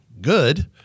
good